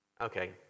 Okay